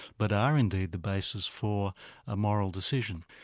but are indeed the basis for a moral decision.